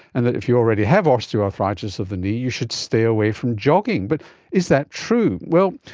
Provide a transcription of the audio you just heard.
and that if you already have osteoarthritis of the knee, you should stay away from jogging. but is that true? well,